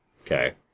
okay